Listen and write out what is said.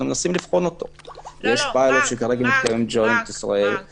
היקף התקציבים